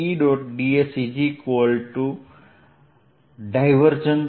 ds ∇E dv 0છે